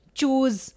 choose